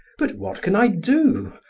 but what can i do?